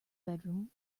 bedroom